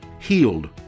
healed